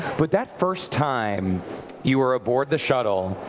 but that first time you were aboard the shuttle,